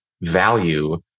value